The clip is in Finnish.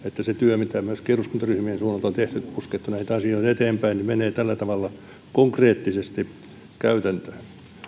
se työ mitä myöskin eduskuntaryhmien suunnalta on tehty puskettu näitä asioita eteenpäin menee tällä tavalla konkreettisesti käytäntöön